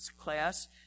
class